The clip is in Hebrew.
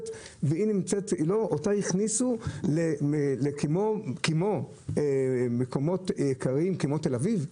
אותה הכניסו כמו מקומות יקרים כתל אביב.